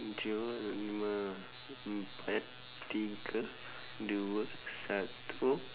tujuh lima empat tiga dua satu